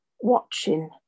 watching